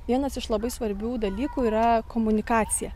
vienas iš labai svarbių dalykų yra komunikacija